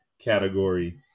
category